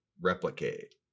replicate